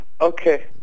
Okay